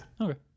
Okay